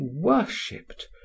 worshipped